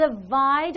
divide